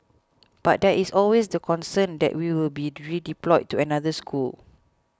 but there is always the concern that we will be redeployed to another school